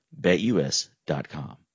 BetUS.com